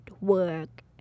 work